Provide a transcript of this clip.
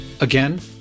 Again